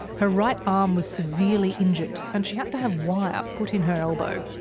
her right arm was severely injured, and she had to have wire put in her elbow.